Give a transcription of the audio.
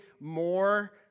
more